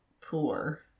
poor